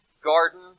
garden